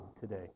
today